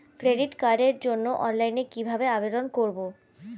Credit কার্ডের জন্য অনলাইনে কিভাবে আবেদন করব?